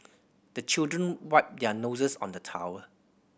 the children wipe their noses on the towel